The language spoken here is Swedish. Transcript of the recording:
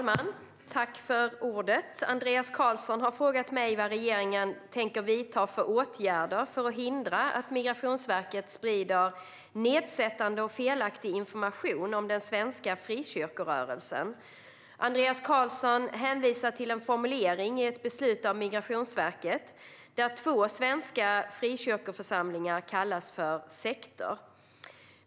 Fru talman! Andreas Carlson har frågat mig vad regeringen tänker vidta för åtgärder för att hindra att Migrationsverket sprider nedsättande och felaktig information om den svenska frikyrkorörelsen. Andreas Carlson hänvisar till en formulering i ett beslut av Migrationsverket, där två svenska frikyrkoförsamlingar kallas för sekter.